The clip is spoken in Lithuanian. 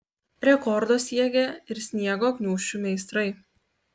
rekordo siekė ir sniego gniūžčių meistrai